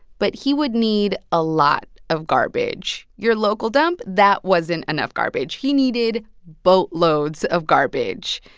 but he would need a lot of garbage. your local dump that wasn't enough garbage. he needed boatloads of garbage.